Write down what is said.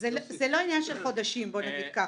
זה לא עניין של חודשים, בוא נגיד ככה.